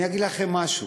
אני אגיד לכם משהו: